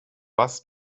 bus